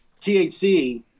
THC